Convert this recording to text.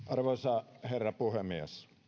arvoisa herra puhemies